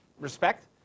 respect